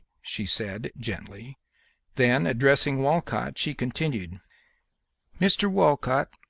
she said, gently then, addressing walcott, she continued mr. walcott,